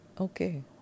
Okay